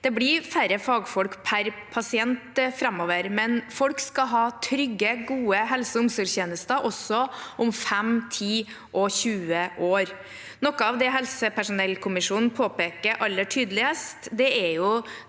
Det blir færre fagfolk per pasient framover, men folk skal ha trygge og gode helse- og omsorgstjenester også om fem, ti og tjue år. Noe av det helsepersonellkommisjonen påpeker aller tydeligst, er